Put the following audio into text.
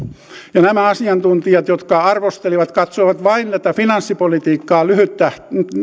nämä asiantuntijat jotka arvostelivat katsoivat vain tätä finanssipolitiikkaa lyhytnäköisesti